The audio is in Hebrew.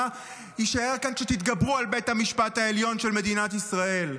מה יישאר כאן אחרי שתתגברו על בית המשפט העליון של מדינת ישראל?